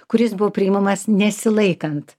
kuris buvo priimamas nesilaikant